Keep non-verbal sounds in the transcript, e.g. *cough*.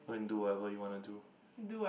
go and do whatever you wanna do *breath*